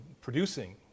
producing